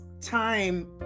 time